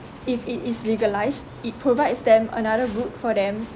if it is legalised it provides them another route for them